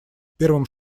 первым